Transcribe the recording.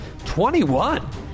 21